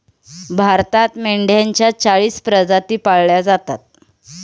भारतात मेंढ्यांच्या चाळीस प्रजाती पाळल्या जातात